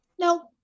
No